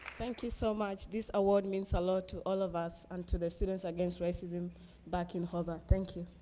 thank you so much. this award means a lot to all of us and to the students against racism back in hobart. thank you.